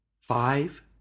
Five